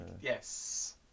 yes